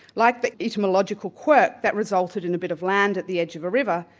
like the etymological quirk that resulted in a bit of land at the edge of a river,